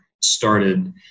started